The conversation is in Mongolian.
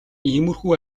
иймэрхүү